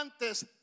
antes